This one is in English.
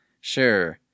Sure